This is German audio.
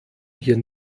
hier